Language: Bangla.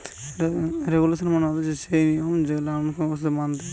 রেগুলেশন মানে হতিছে যেই নিয়ম কানুন গুলা ব্যবসায় মানতে হয়